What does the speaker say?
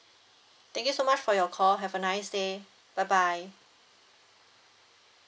thank you so much for your call have a nice day bye bye